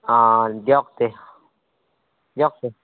অঁ দিয়ক তে দিয়ক তে